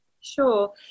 Sure